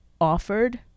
offered